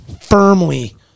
firmly